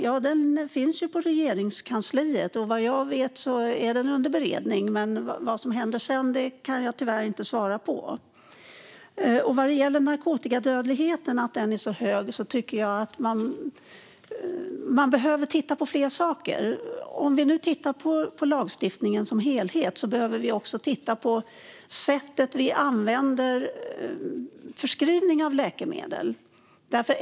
Ja, den finns på Regeringskansliet. Vad jag vet är den under beredning, men vad som händer sedan kan jag tyvärr inte svara på. När det gäller den höga narkotikadödligheten tycker jag att man behöver titta på flera saker. Om vi nu tittar på lagstiftningen som helhet behöver vi också titta på förskrivningen av läkemedel.